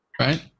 right